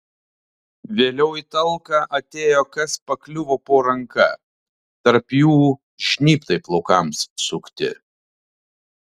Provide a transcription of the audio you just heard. vėliau į talką atėjo kas pakliuvo po ranka tarp jų žnybtai plaukams sukti